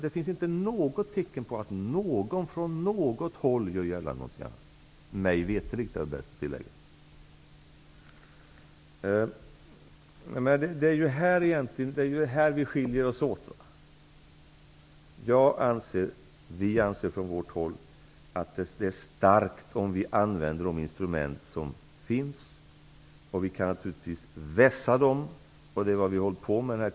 Det finns inget tecken på att någon från något håll gör gällande något annat -- mig veterligt, är det bäst att tillägga. Det är på denna punkt vi skiljer oss åt. Vi anser från vårt håll att det är starkt om vi använder de instrument som finns. Vi kan naturligtvis vässa dem. Det är vad vi har hållit på med.